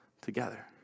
together